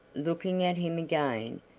looking at him again,